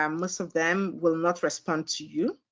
um most of them will not respond to you,